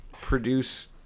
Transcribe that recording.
produce